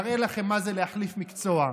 יראה לכם מה זה להחליף מקצוע.